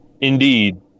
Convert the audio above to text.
Indeed